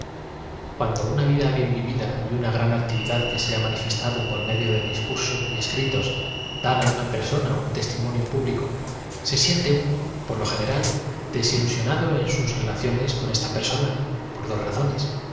cuando una vida bien v iv id a y una gran actividad que se ha manifestado por medio de discursos y es critos dan una persona un testimonio público se siente uno por lo general desilusionado en sus rela ciones con esta persona por dos razones